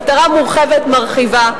מטרה מורחבת מרחיבה,